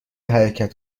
حرکت